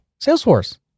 Salesforce